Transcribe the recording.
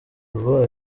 ubu